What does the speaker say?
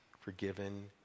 forgiven